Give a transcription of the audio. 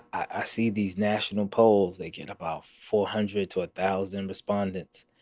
i see these national polls, they get about four hundred to a thousand respondents.